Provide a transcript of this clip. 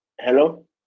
Hello